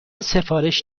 سفارش